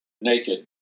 naked